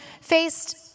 faced